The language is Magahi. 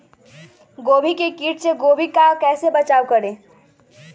गोभी के किट से गोभी का कैसे बचाव करें?